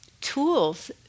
tools